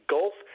Gulf